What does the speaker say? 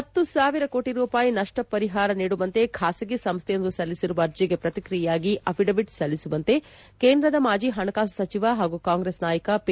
ಹತ್ತು ಸಾವಿರ ಕೋಟ ರೂಪಾಯಿ ನಷ್ಟ ಪರಿಹಾರ ನೀಡುವಂತೆ ಖಾಸಗಿ ಸಂಸ್ಟೆಯೊಂದು ಸಲ್ಲಿಸಿರುವ ಅರ್ಜಿಗೆ ಪ್ರಕ್ರಿಕ್ರಿಯೆಯಾಗಿ ಅಫಿಡವಿಟ್ ಸಲ್ಲಿಸುವಂತೆ ಕೇಂದ್ರದ ಮಾಜಿ ಹಣಕಾಸು ಸಚಿವ ಮತ್ತು ಕಾಂಗ್ರೆಸ್ ನಾಯಕ ಪಿ